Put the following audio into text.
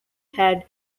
had